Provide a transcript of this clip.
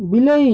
ବିଲେଇ